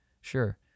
Sure